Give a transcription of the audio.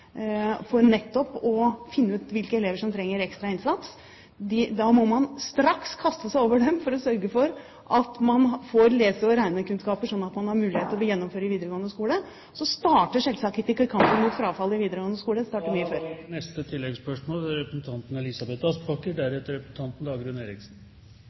for nettopp å finne ut hvilke elever som trenger ekstra innsats. Da må man straks kaste seg over dem for å sørge for at de får lese- og regnekunnskaper, sånn at de har mulighet til å gjennomføre videregående skole. Så starter selvsagt ikke kampen mot frafall i videregående skole, den starter mye før. Elisabeth Aspaker – til